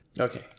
Okay